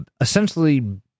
essentially